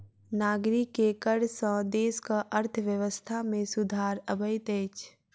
नागरिक के कर सॅ देसक अर्थव्यवस्था में सुधार अबैत अछि